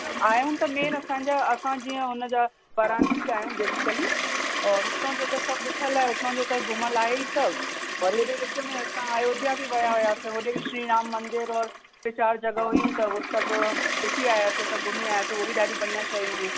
आहियूं त मेन असां असां जीअं हुनजा वाराणसी जा आहियूं बेसीकली और हुतां जो त सभु ॾिठल आहे उतां जो त घुमियल आहे ही सभु वरी विच में असां अयोध्या बि विया हुआसीं होॾे बि श्री राम मंदिर और टे चारि जॻहयूं हुयूं त उहो सभु ॾिसी आयासीं असां घुमी आयासीं उहो बि ॾाढी बणिया शयूं हुयूं